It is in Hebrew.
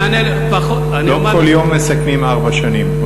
לא כל יום מסכמים ארבע שנים.